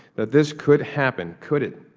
that this could happen. could it?